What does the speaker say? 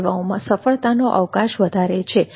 આ સેવાઓમાં સફળતાનો અવકાશ વધારે છે